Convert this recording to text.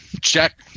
check